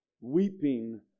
Weeping